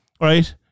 Right